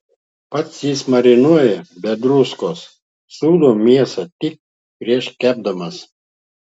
pats jis marinuoja be druskos sūdo mėsą tik prieš kepdamas